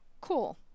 cool